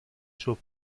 suo